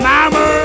Mama